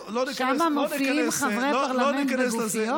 טוב, לא ניכנס, שם מופיעים חברי פרלמנט בגופיות?